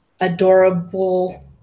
adorable